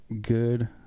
good